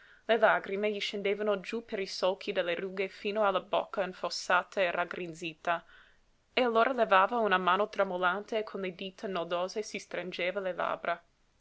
le lagrime gli scendevano giú per i solchi delle rughe fino alla bocca infossata e raggrinzita e allora levava una mano tremolante e con le dita nodose si stringeva le labbra